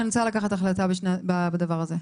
כי אני רוצה להחליט בדבר הזה.